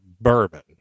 bourbon